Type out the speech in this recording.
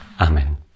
Amen